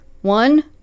One